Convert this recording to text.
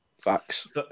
facts